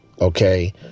Okay